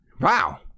Wow